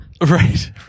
Right